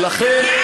ולכן,